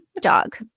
dog